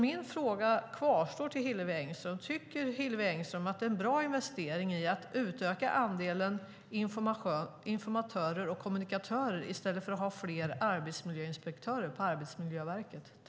Min fråga till Hillevi Engström kvarstår: Tycker Hillevi Engström att det är en bra investering att utöka antalet informatörer och kommunikatörer i stället för att ha fler arbetsmiljöinspektörer vid Arbetsmiljöverket?